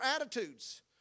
attitudes